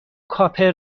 کاپر